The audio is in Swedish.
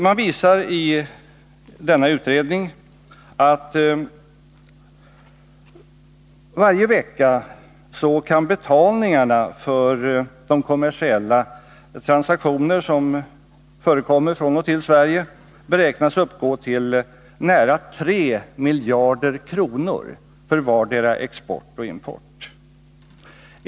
Man visar i utredningen att betalningarna för de kommersiella transaktioner som varje vecka förekommer från och till Sverige beräknas uppgå till nära 3 miljarder kronor för vardera export och import.